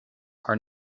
are